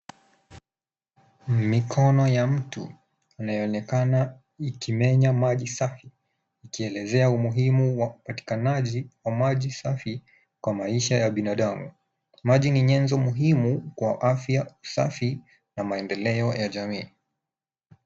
Mikono ya mtu inayoonekana ikimenya maji safi ikielezea umuhumu wa upatikanaji wa maji safi kwa maisha ya binadamu. Maji ni nyenzo muhimu kwa afya safi na maendeleo ya jamii.